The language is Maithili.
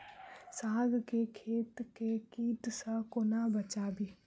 साग केँ खेत केँ कीट सऽ कोना बचाबी?